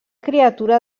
criatura